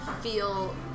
feel